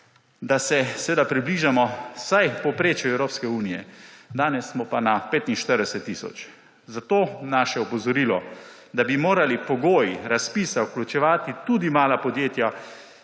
da se približamo vsaj povprečju Evropske unije, danes smo pa na 45 tisoč. Zato naše opozorilo, da bi morali pogoji razpisa vključevati tudi mala podjetja,